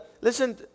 listen